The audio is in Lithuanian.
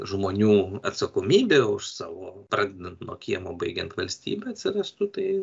žmonių atsakomybė už savo pradedant nuo kiemo baigiant valstybe atsirastų tai